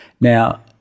now